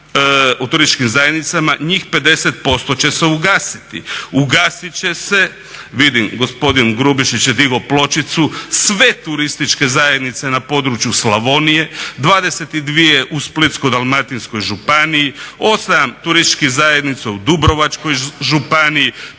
o turističkim zajednicama njih 50% će se ugasiti. Ugasit će se, vidim gospodin Grubišić je digao pločicu, sve turističke zajednice na području Slavonije, 22 u Splitsko-dalmatinskoj županiji, 8 turističkih zajednica u Dubrovačkoj županiji,